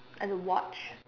as a watch